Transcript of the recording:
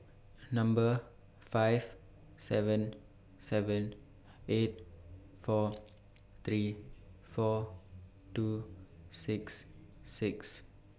Number five seven seven eight four three four two six six